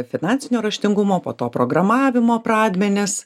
finansinio raštingumo po to programavimo pradmenys